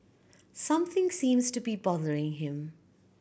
something seems to be bothering him